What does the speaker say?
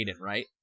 right